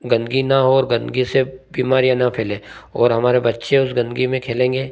गंदगी न हो गंदगी से बीमारियाँ न फैले और हमारे बच्चे उस गंदगी में खेलेंगे